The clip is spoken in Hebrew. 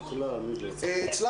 אני עוצר